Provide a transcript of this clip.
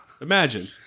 Imagine